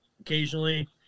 occasionally